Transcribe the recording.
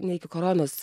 ne iki koronos